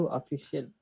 Official